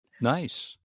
nice